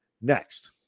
next